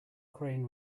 crane